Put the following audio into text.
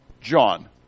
John